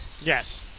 Yes